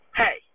hey